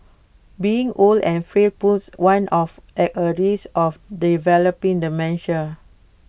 being old and frail puts one at A high risk of developing dementia